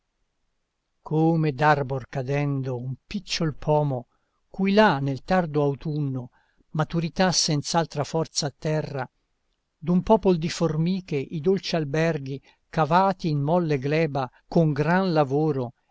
prevale come d'arbor cadendo un picciol pomo cui là nel tardo autunno maturità senz'altra forza atterra d'un popol di formiche i dolci alberghi cavati in molle gleba con gran lavoro